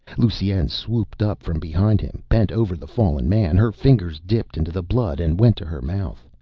lusine swooped up from behind him, bent over the fallen man. her fingers dipped into the blood and went to her mouth.